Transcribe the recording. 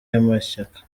y’amashyaka